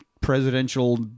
presidential